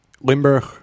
Limburg